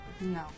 No